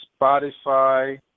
Spotify